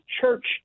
church